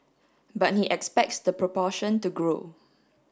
but he expects the proportion to grow